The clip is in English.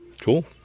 Cool